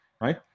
right